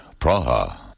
Praha